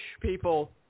people